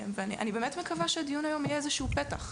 ואני באמת מקווה שהדיון יהיה איזשהו פתח.